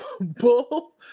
Bull